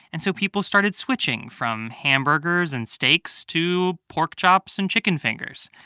and so people started switching from hamburgers and steaks to pork chops and chicken fingers.